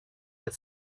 but